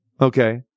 okay